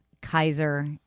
Kaiser